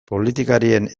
politikarien